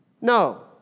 No